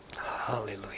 Hallelujah